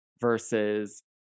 versus